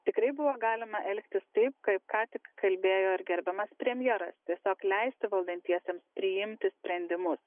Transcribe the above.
tikrai buvo galima elgtis taip kaip ką tik kalbėjo ir gerbiamas premjeras tiesiog leisti valdantiesiems priimti sprendimus